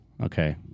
okay